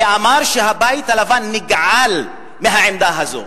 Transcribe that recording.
ואמר שהבית הלבן נגעל מהעמדה הזאת.